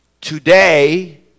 Today